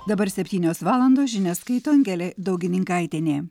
dabar septynios valandos žinias skaito angelė daugininkaitienė